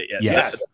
Yes